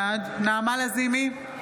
בעד נעמה לזימי,